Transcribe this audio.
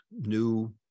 new